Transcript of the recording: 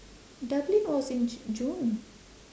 dublin was in j~ june